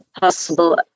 possible